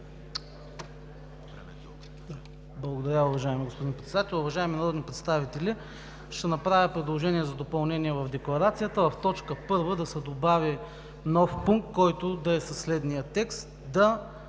Благодаря, уважаеми господин Председател. Уважаеми народни представители, ще направя предложение за допълнение в Декларацията. В т. 1 да се добави нов пункт, който да е със следния текст: „да